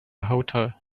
hotel